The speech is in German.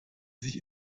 sich